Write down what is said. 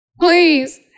Please